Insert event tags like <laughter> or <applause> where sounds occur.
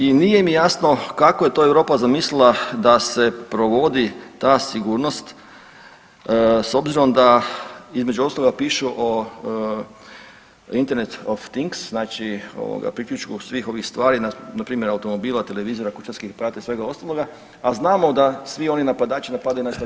I nije mi jasno kako je to Europa zamislila da se provodi ta sigurnost s obzirom da između ostaloga pišu o Internet of Things znači priključku svih ovih stvari npr. automobila, televizora, kućanskih aparata i svega ostaloga, a znamo da svi oni napadači napadaju nas [[Upadica Sanader: Vrijeme.]] <unintelligible> sustav.